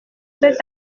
cette